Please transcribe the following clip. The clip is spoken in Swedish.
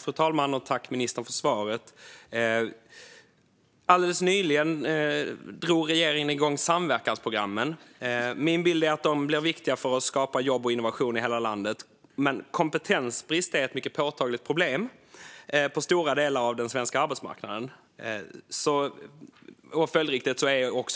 Fru talman! Jag tackar ministern för svaret. Alldeles nyligen drog regeringen igång samverkansprogrammen. Min bild är att de blir viktiga för att skapa jobb och innovation i hela landet. Eftersom kompetensbrist är ett mycket påtagligt problem på stora delar av den svenska arbetsmarknaden är